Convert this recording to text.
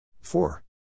four